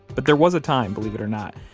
but there was a time, believe it or not,